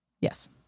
Yes